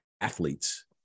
athletes